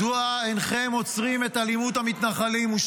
הוא שאל: מדוע אינכם עוצרים את אלימות המתנחלים?